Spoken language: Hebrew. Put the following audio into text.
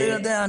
אתה יודע,